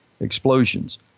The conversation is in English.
explosions